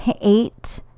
eight